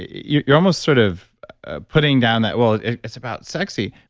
you're you're almost sort of putting down that, well, it's it's about sexy.